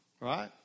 Right